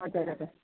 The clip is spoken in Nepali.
हजुर हजुर